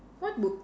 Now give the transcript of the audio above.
what would